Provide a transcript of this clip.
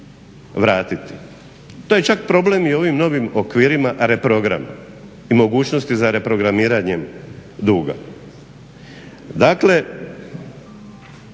vratiti. To je čak problem i u ovim novim okvirima reprograma i mogućnosti za reprogramiranjem duga. Dakle,